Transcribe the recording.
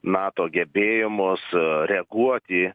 nato gebėjimus reaguoti